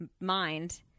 mind